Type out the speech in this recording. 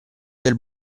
del